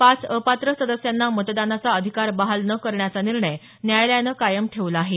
पाच अपात्र सदस्यांना मतदानाचा अधिकार बहाल न करण्याचा निर्णय न्यायालयानं कायम ठेवला आहे